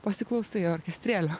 pasiklausai orkestrėlio